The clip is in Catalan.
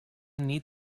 nit